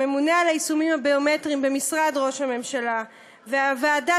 הממונה על היישומים הביומטריים במשרד ראש הממשלה והוועדה